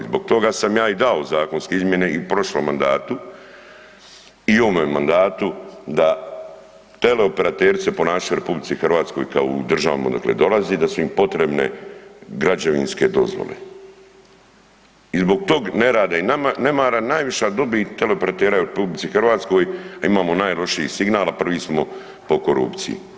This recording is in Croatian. Zbog toga sam ja i dao zakonske izmjene i prošlom mandatu i ovome mandatu da teleoperateri se ponašaju u RH kao u državama odakle dolaze, da su im potrebe građevinske dozvole i zbog tog nerada i nemara najviša dobit teleoperatera je u RH, a imamo najlošiji signal, a prvi smo po korupciji.